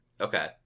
Okay